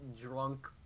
drunk